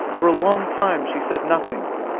for a long time she said nothing.